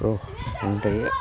आं दायो